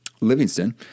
Livingston